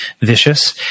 vicious